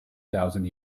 thousand